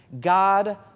God